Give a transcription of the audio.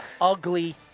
ugly